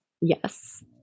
Yes